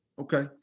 Okay